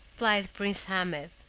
replied prince ahmed,